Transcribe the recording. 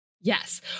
Yes